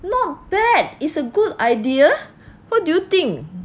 not bad is a good idea what do you think